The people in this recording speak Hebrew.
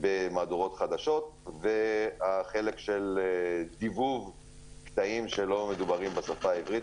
במהדורות חדשות והחלק של דיבוב קטעים שלא מדוברים בשפה העברית